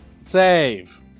save